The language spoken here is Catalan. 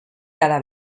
cada